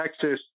Texas